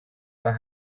the